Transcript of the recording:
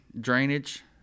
drainage